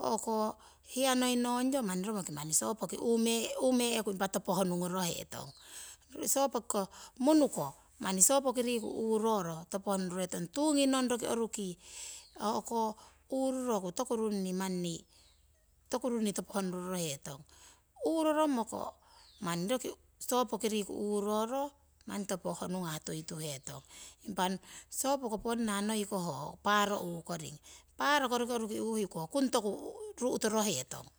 o'ko hiya noi nongyo manni romoki sopoki uumee'ku topo honungoro hetong. Sopokiko munu ko manni sopoki riku uuroro topo honurorohetong, tuu ki nong roki oruki o'ko uuroro runni manni topo honurorohetong. Uuroromoko manni roki sopoki riku uuroro manni topo honungah tuituhetong. Impa sopoko ponna, noi ko ho paaro uukoring, paaroko roki oruki uuhiku ho kung ru'torohetong